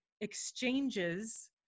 exchanges